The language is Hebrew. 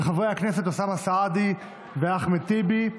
של חברי הכנסת אוסאמה סעדי ואחמד טיבי.